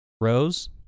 rows